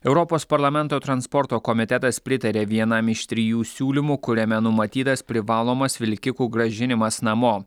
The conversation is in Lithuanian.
europos parlamento transporto komitetas pritarė vienam iš trijų siūlymų kuriame numatytas privalomas vilkikų grąžinimas namo